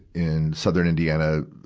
in southern indiana, ah,